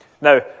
Now